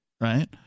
right